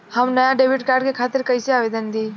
हम नया debit card के खातिर कइसे आवेदन दीं?